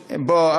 בוא,